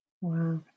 wow